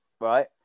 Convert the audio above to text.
right